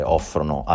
offrono